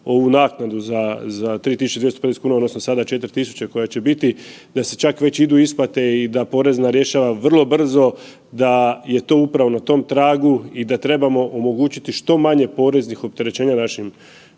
ovu naknadu za 3.250 kuna odnosno sada 4.000 koja će biti da se čak već idu isplate i da porezna rješava vrlo brzo da je to upravo na tom tragu i da trebamo omogućiti što manje poreznih opterećenja našim